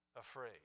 afraid